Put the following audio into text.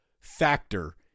factor